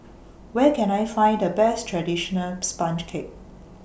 Where Can I Find The Best Traditional Sponge Cake